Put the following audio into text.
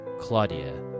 Claudia